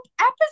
episode